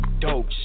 Dope